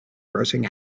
grossing